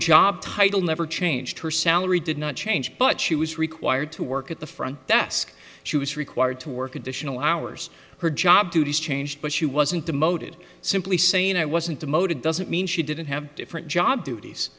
job title never changed her salary did not change but she was required to work at the front desk she was required to work additional hours her job duties change but she wasn't demoted simply saying i wasn't demoted doesn't mean she didn't have different job duties